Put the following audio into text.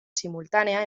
simultánea